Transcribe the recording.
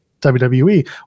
WWE